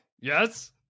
Yes